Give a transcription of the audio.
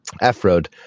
F-road